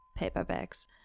paperbacks